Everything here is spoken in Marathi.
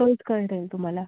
सोयिस्कर ठरेल तुम्हाला